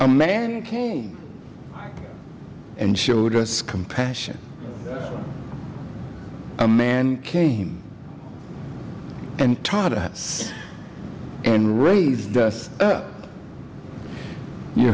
a man came and showed us compassion a man came and taught us and raised us you